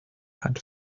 had